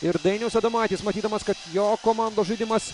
ir dainius adomaitis matydamas kad jo komandos žaidimas